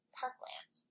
parkland